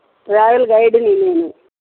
travel గైడ్ని నేను